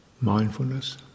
mindfulness